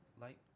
light